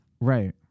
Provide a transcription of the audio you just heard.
Right